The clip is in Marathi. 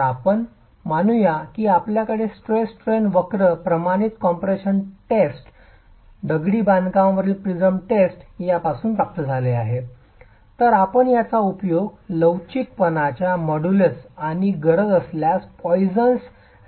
तर आपण मानूया की आपल्याकडे स्ट्रेस स्ट्रेन वक्र प्रमाणित कॉम्प्रेशन टेस्ट दगडी बांधकामवरील प्रिझम टेस्ट यापासून प्राप्त झाले आहे तर आपण याचा उपयोग लवचिकपणाच्या मॉड्यूलस आणि गरज असल्यास पॉईसन